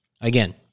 again